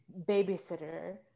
babysitter